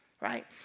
right